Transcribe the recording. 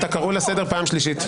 אתה קרוי לסדר פעם שלישית.